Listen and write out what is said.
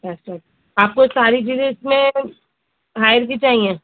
لیپ top آپ کو ساری چیزیں اس میں ہائر کی چاہیے